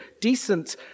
decent